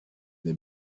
the